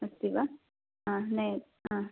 अस्ति वा हा नय् आ